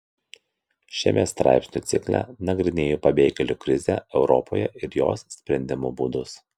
šiame straipsnių cikle nagrinėju pabėgėlių krizę europoje ir jos sprendimo būdus